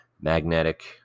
magnetic